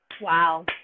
Wow